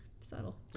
Subtle